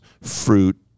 fruit